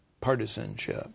partisanship